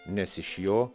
nes iš jo